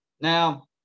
Now